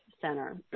center